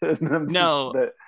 no